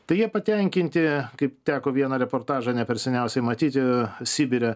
tai jie patenkinti kaip teko vieną reportažą ne per seniausiai matyti sibire